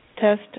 Test